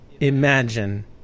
imagine